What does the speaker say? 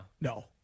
no